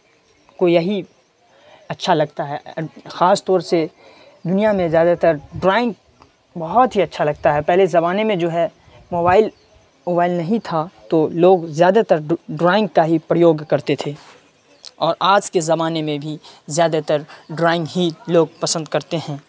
کو یہی اچّھا لگتا ہے خاص طور سے دنیا میں زیادہ تر ڈرائنگ بہت ہی اچّھا لگتا ہے پہلے زمانے میں جو ہے موبائل موبائل نہیں تھا تو لوگ زیادہ تر ڈرائنگ کا ہی پریوگ کرتے تھے اور آج کے زمانے میں بھی زیادہ تر ڈرائنگ ہی لوگ پسند کرتے ہیں